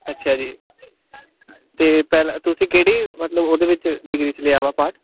ਅੱਛਾ ਜੀ ਤੇ ਪਹਿਲਾਂ ਤੁਸੀਂ ਕਿਹੜੀ ਮਤਲਬ ਉਹਦੇ ਵਿੱਚ ਡਿਗਰੀ 'ਚ ਲਿਆ ਵਾ ਪਾਰਟ